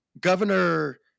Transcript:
Governor